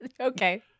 okay